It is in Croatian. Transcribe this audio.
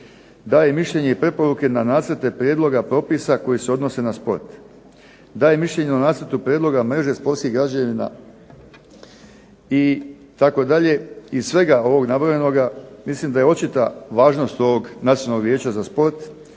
daje mišljenje i preporuke na nacrte prijedloga propisa koji se odnose na sport, daje mišljenje o nacrtu prijedloga mreže sportskih građevina itd. Iz svega ovog nabrojenog mislim da je očita važnost Nacionalnog vijeća za sport